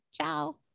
Ciao